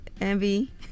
Envy